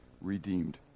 redeemed